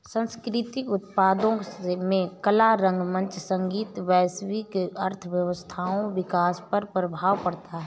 सांस्कृतिक उत्पादों में कला रंगमंच संगीत वैश्विक अर्थव्यवस्थाओं विकास पर प्रभाव पड़ता है